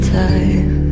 time